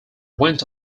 went